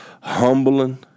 humbling